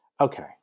Okay